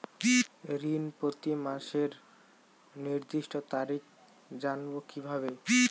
ঋণ প্রতিমাসের নির্দিষ্ট তারিখ জানবো কিভাবে?